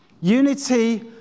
Unity